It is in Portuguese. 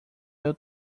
meu